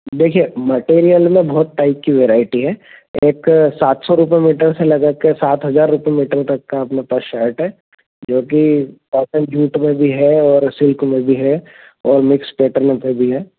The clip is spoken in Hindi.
देखिए मटेरियल में बहुत टाइप की वेरायटी है एक सात सौ रुपये मीटर से लगा के सात हज़ार रुपये मीटर तक का अपने पास शर्ट है जो कि कॉटन जूट में भी है और सिल्क में भी है और मिक्स पैटर्नो पर भी है